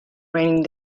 raining